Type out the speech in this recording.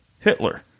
Hitler